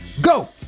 Go